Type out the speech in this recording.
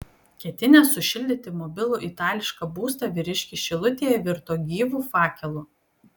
ketinęs sušildyti mobilų itališką būstą vyriškis šilutėje virto gyvu fakelu